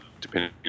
depending